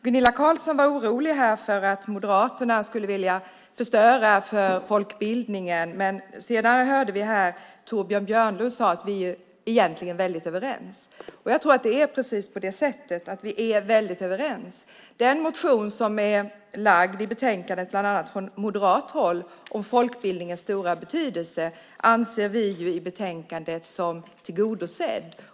Gunilla Carlsson var orolig för att Moderaterna skulle vilja förstöra för folkbildningen, men senare hörde vi Torbjörn Björlund säga att vi egentligen är väldigt överens. Jag tror att det är precis så: Vi är väldigt överens. Den motion om folkbildningens stora betydelse som behandlas i betänkandet, och som väckts av bland annat Moderaterna, anser vi i utskottet vara tillgodosedd.